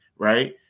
Right